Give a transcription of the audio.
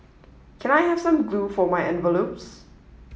can I have some glue for my envelopes